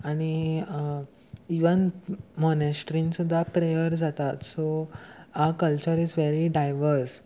आनी इवन मोनेस्ट्रीन सुद्दां प्रेयर जातात so our culture is very diverse